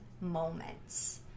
moments